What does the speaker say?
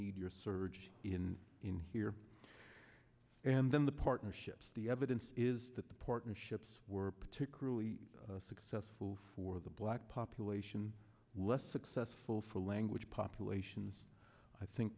need your surge in in here and then the partnerships the evidence is that the partnerships were particularly successful for the black population less successful for language populations i think